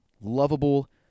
Lovable